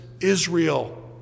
Israel